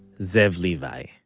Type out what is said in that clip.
zev levi